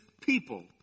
people